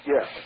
Yes